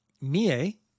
Mie